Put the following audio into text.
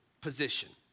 position